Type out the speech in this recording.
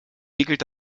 wickelt